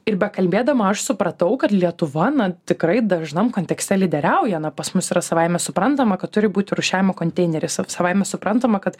ir bekalbėdama aš supratau kad lietuva na tikrai dažnam kontekste lyderiauja na pas mus yra savaime suprantama kad turi būti rūšiavimo konteineris sa savaime suprantama kad